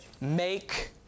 make